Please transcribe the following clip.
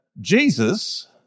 Jesus